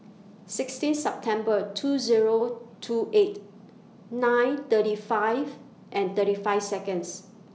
sixteen September two Zero two eight nine thirty five and thirty five Seconds